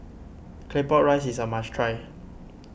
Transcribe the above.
Claypot Rice is a must try